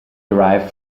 derived